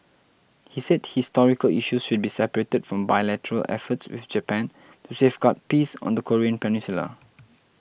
he said historical issues should be separated from bilateral efforts with Japan to safeguard peace on the Korean peninsula